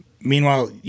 Meanwhile